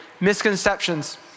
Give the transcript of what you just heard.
Misconceptions